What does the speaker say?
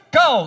go